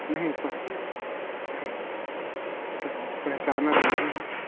नहीं पर नहीं पहचाना तो नहीं हूँ